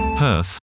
Perth